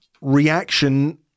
reaction